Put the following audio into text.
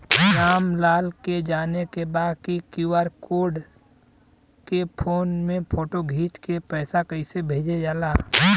राम लाल के जाने के बा की क्यू.आर कोड के फोन में फोटो खींच के पैसा कैसे भेजे जाला?